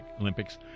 Olympics